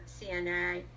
CNA